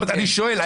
אני שואל,